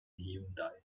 hyundai